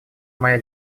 моя